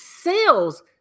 sales